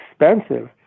expensive